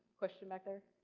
question back there.